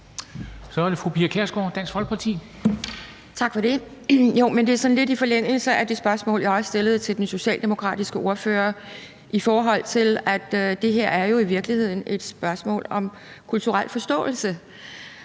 Så er det fru Pia Kjærsgaard, Dansk Folkeparti. Kl. 14:06 Pia Kjærsgaard (DF): Tak for det. Det er lidt i forlængelse af det spørgsmål, jeg også stillede til den socialdemokratiske ordfører, i forhold til at det her jo i virkeligheden er et spørgsmål om kulturel forståelse